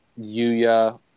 Yuya